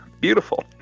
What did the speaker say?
Beautiful